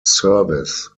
service